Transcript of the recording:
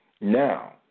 Now